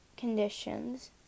conditions